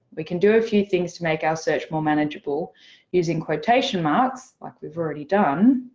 we can do a few things to make our search more manageable using quotation marks, like we've already done,